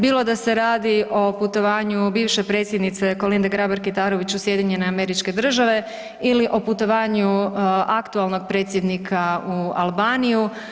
Bilo da se radi o putovanju bivše predsjednice Kolinde Grabar Kitarović u SAD ili o putovanju aktualnog predsjednika u Albaniju.